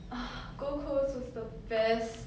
ah gold coast was the best